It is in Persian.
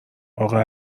اقا